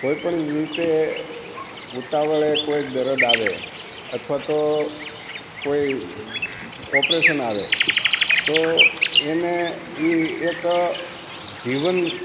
કોઈપણ રીતે ઉતાવળે કોઈ દર્દ આવે અથવા તો કોઈ ઓપરેશન આવે તો એને એ એક જીવન